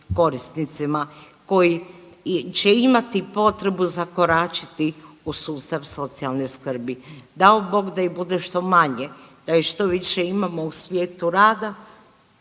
korisnicima koji će imati potrebu zakoračiti u sustav socijalne skrbi. Dao Bog da ih bude što manje, da ih što više imamo u svijetu rada